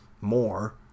more